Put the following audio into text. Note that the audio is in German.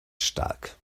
stark